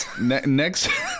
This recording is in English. Next